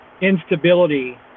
instability